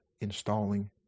installing